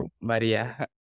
Maria